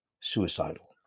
suicidal